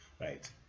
right